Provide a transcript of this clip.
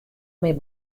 mear